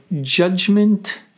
judgment